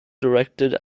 directed